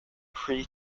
free